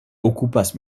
okupas